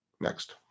Next